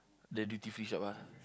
the duty free shop ah